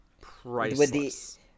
priceless